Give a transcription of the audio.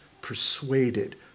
persuaded